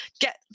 get